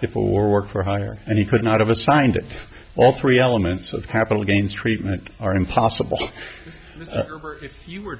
before work for hire and he could not have assigned all three elements of capital gains treatment are impossible if you were